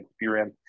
experience